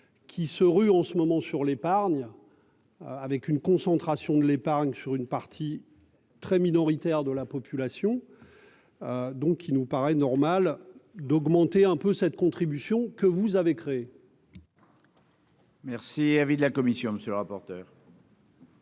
qui se ruent en ce moment sur l'épargne, avec une concentration de l'épargne, sur une partie très minoritaire de la population, donc il nous paraît normal d'augmenter un peu cette contribution que vous avez créé. Merci, avis de la commission, monsieur le rapporteur.